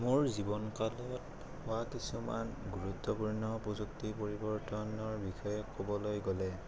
মোৰ জীৱন কালত হোৱা কিছুমান গুৰুত্বপূৰ্ণ প্ৰযুক্তি পৰিৱৰ্তনৰ বিষয়ে ক'বলৈ গ'লে